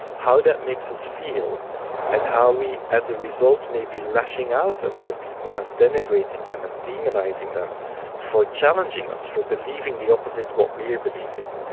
how that makes us feel and how we, as a result, may be lashing out at other people and denigrating them and demonising them for challenging us, for believing the opposite to what we are believing.